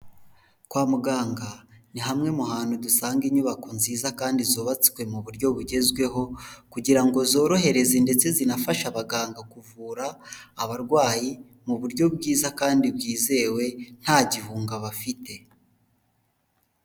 Kwa muganga ni hamwe mu hantu dusanga inyubako nziza kandi zubatswe mu buryo bugezweho kugira ngo zorohereze ndetse zinafasha abaganga kuvura abarwayi mu buryo bwiza kandi bwizewe nta gihunga bafite.